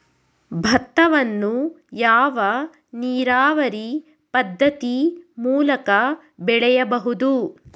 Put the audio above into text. ಭತ್ತವನ್ನು ಯಾವ ನೀರಾವರಿ ಪದ್ಧತಿ ಮೂಲಕ ಬೆಳೆಯಬಹುದು?